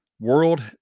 world